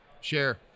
share